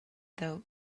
though